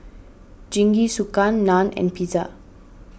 Jingisukan Naan and Pizza